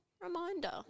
reminder